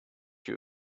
you